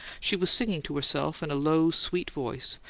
she was singing to herself in a low, sweet voice,